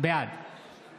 בעד